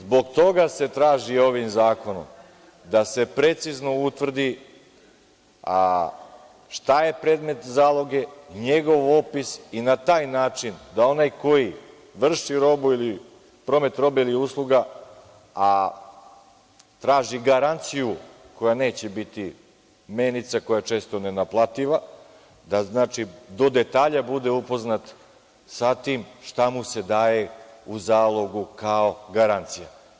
Zbog toga se traži ovim zakonom da se precizno utvrdi šta je predmet zaloge, njegov opis i na taj način da onaj koji vrši robu ili promet robe ili usluga, a traži garanciju koja neće biti menica, koja je često nenaplativa, znači da do detalja bude upoznat sa tim šta mu se daje u zalogu kao garancija.